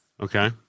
Okay